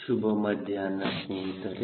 ಶುಭ ಮಧ್ಯಾಹ್ನ ಸ್ನೇಹಿತರೆ